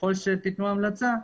ככל שתיתנו המלצה,